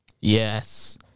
Yes